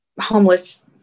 Homeless